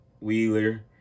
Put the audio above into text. Wheeler